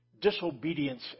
disobedience